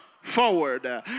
forward